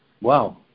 Wow